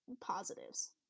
positives